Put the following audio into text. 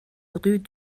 rue